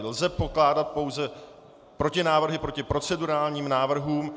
Lze pokládat pouze protinávrhy proti procedurálním návrhům.